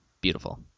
beautiful